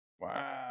Wow